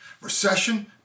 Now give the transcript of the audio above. Recession